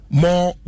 more